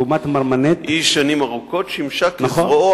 לעומת "מרמנת" שנים ארוכות היא שימשה כזרועו